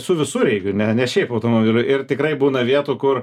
su visureigiu ne ne šiaip automobiliu ir tikrai būna vietų kur